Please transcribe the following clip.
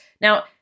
Now